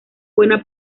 buena